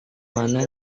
mana